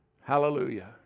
Hallelujah